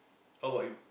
how bout you